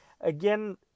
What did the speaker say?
Again